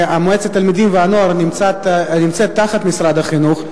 ומועצת התלמידים והנוער נמצאת תחת משרד החינוך,